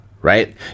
right